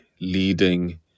leading